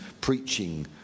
preaching